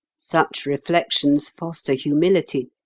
such reflections foster humility,